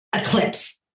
eclipse